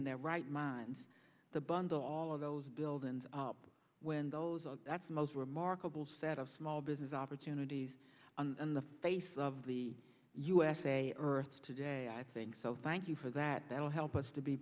in their right minds the bundle all of those buildings up when those are that's most remarkable set of small business opportunities on the face of the usa earth today i think so thank you for that that will help us to be